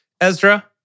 Ezra